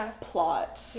plot